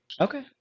Okay